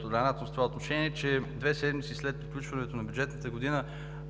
толерантност в това отношение, че две седмици след приключването на бюджетната година